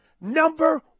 Number